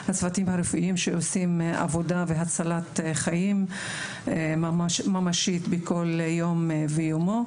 הצוותים הרפואיים שעושים עבודה של הצלת חיים ממשית בכל יום ביומו.